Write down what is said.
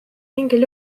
mingil